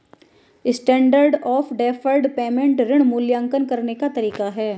standard of deferred payment ऋण मूल्यांकन करने का तरीका है